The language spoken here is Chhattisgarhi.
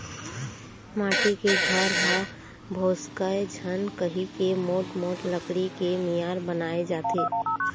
माटी के घर ह भोसकय झन कहिके मोठ मोठ लकड़ी के मियार बनाए जाथे